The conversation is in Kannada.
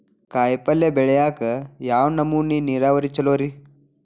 ಕಾಯಿಪಲ್ಯ ಬೆಳಿಯಾಕ ಯಾವ್ ನಮೂನಿ ನೇರಾವರಿ ಛಲೋ ರಿ?